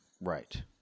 Right